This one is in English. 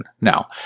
Now